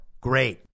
Great